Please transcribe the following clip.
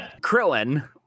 Krillin